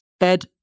Ed